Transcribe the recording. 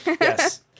yes